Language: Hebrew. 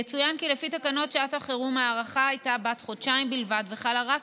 יצוין כי לפי תקנות שעת החירום ההארכה הייתה בת חודשיים בלבד וחלה רק